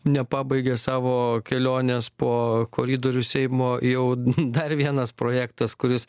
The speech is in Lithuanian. nepabaigė savo kelionės po koridorius seimo jau dar vienas projektas kuris